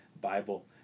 Bible